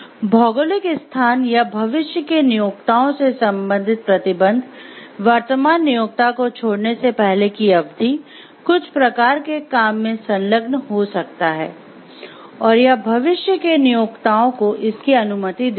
भौगोलिक स्थान या भविष्य के नियोक्ताओं से संबंधित प्रतिबंध वर्तमान नियोक्ता को छोड़ने से पहले की अवधि कुछ प्रकार के काम में संलग्न हो सकता है और यह भविष्य के नियोक्ताओं को इसकी अनुमति देता है